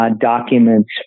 documents